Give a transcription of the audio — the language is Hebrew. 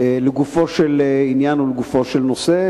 לגופו של עניין ולגופו של נושא,